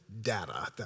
data